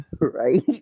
right